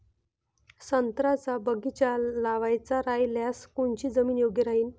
संत्र्याचा बगीचा लावायचा रायल्यास कोनची जमीन योग्य राहीन?